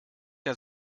der